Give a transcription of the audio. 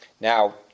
Now